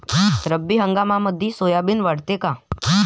रब्बी हंगामामंदी सोयाबीन वाढते काय?